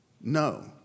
No